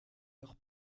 leur